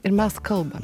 ir mes kalbamės